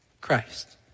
Christ